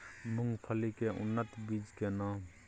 मूंगफली के उन्नत बीज के नाम?